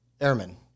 airmen